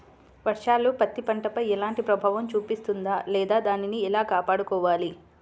వర్షాలు పత్తి పంటపై ఎలాంటి ప్రభావం చూపిస్తుంద లేదా దానిని ఎలా కాపాడుకోవాలి?